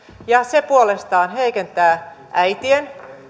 se puolestaan heikentää äitien